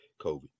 COVID